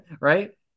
right